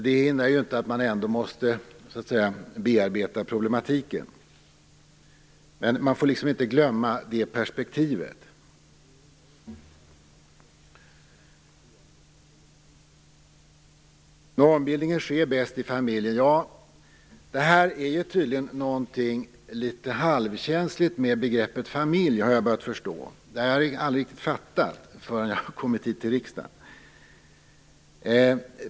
Det hindrar inte att man ändå måste bearbeta problematiken, men man får inte glömma det perspektivet. Normbildningen sker bäst i familjen. Jag har börjat förstå att begreppet familj är litet känsligt. Det hade jag inte fattat förrän jag kom hit till riksdagen.